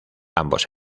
ambos